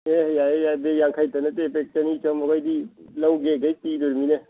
ꯌꯥꯏꯌꯦ ꯌꯥꯏꯌꯦ ꯕꯦꯒ ꯌꯥꯡꯈꯩꯇ ꯅꯠꯇꯦ ꯕꯦꯒ ꯆꯅꯤ ꯆꯥꯝꯌꯥꯡꯈꯩꯗꯤ ꯂꯧꯒꯦꯒꯩ ꯄꯤꯗꯣꯏꯅꯤꯅꯦ